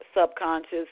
subconscious